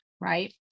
right